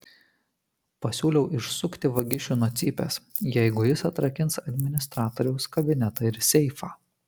pasiūliau išsukti vagišių nuo cypės jeigu jis atrakins administratoriaus kabinetą ir seifą